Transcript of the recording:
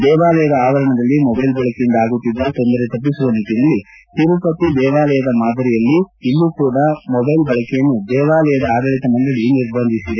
ದೇವಾಲಯದ ಆವರಣದಲ್ಲಿ ಮೊದೈಲ್ ಬಳಕೆಯಿಂದ ಆಗುತ್ತಿದ್ದ ತೊಂದರೆ ತಪ್ಪಿಸುವ ನಿಟ್ಟನಲ್ಲಿ ತಿರುಪತಿ ದೇವಾಲಯದ ಮಾದರಿಯಲ್ಲಿ ಇಲ್ಲೂ ಕೂಡಾ ಮೊಬೈಲ್ ಬಳಕೆಯನ್ನು ದೇವಾಲಯದ ಆಡಳಿತ ಮಂಡಳಿ ನಿರ್ಬಂಧಿಸಿದೆ